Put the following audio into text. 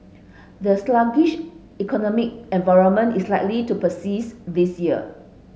the sluggish economic environment is likely to persist this year